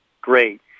Great